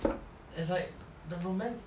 it's like the romance